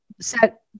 set